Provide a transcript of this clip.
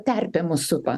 terpė mus supa